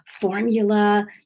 formula